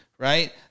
Right